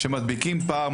שמדביקים פער,